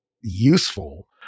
useful